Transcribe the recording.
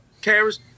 carers